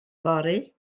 fory